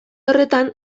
horretan